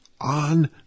on